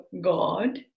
God